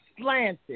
slanted